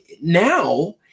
now